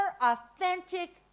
authentic